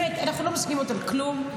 אנחנו לא מסכימות על כלום,